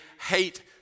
hate